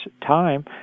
time